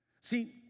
See